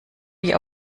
wie